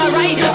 right